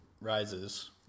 rises